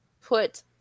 put –